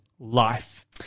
Life